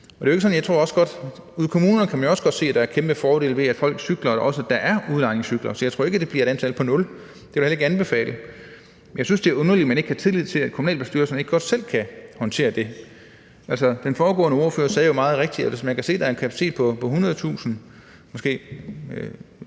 ude i kommunerne kan man jo også godt se, at der er kæmpe fordele ved, at folk cykler, og ved at der er udlejningscykler, så jeg tror ikke, det bliver et antal på nul, og det vil jeg heller ikke anbefale. Jeg synes, det er underligt, at man ikke har tillid til, at kommunalbestyrelserne selv kan håndtere det. Altså, den foregående ordfører sagde meget rigtigt, at hvis man kan se, der er en kapacitet på 100.000 i